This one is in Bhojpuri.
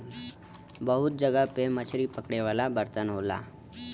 बहुत जगह पे मछरी पकड़े वाला बर्तन होला